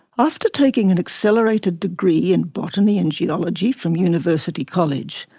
after taking an accelerated degree in botany and geology from university college,